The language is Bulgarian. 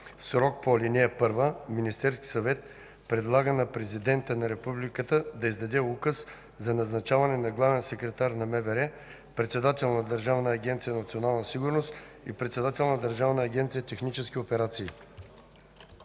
В срока по ал. 1 Министерският съвет предлага на президента на Републиката да издаде указ за назначаване на главен секретар на МВР, председател на Държавна агенция „Национална сигурност” и председател на Държавна агенция „Технически операции”.”